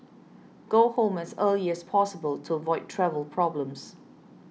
go home as early as possible to avoid travel problems